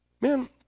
man